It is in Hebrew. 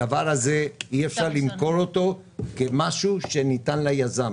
הדבר הזה אי אפשר למכור אותו כמשהו שניתן ליזם,